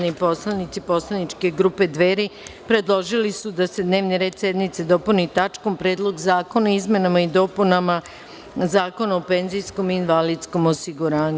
Narodni poslanici poslaničke grupe Dveri predložili su da se dnevni red sednice dopuni tačkom – Predlog zakona o izmenama i dopunama Zakona o penzijskom-invalidskom osiguranju.